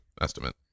estimate